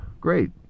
great